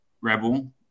Rebel